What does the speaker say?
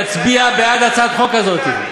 תצביע בעד הצעת החוק הזאת.